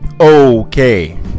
Okay